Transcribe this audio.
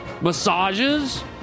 massages